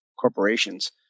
corporations